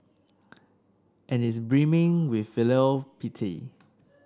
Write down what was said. and is brimming with filial piety